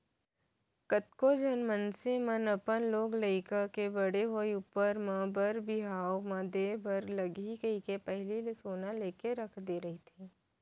कतको झन मनसे मन अपन लोग लइका के बड़े होय ऊपर म बर बिहाव म देय बर लगही कहिके पहिली ले ही सोना लेके रख दे रहिथे